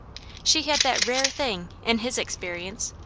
she had that rare thing, in his experience,